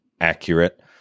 accurate